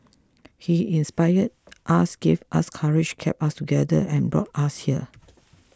he inspired us gave us courage kept us together and brought us here